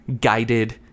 guided